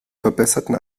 verbesserten